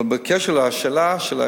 בקשר לשאלה שלך,